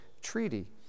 treaty